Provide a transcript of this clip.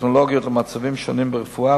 בטכנולוגיות למצבים שונים ברפואה,